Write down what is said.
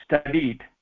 studied